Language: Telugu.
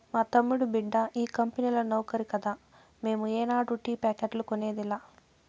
మా తమ్ముడి బిడ్డ ఈ కంపెనీల నౌకరి కదా మేము ఏనాడు టీ ప్యాకెట్లు కొనేదిలా